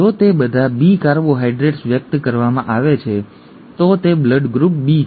જો તે બધા B કાર્બોહાઇડ્રેટ્સ વ્યક્ત કરવામાં આવે છે તો તે બ્લડ ગ્રુપ B છે